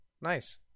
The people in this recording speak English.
nice